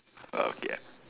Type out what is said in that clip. uh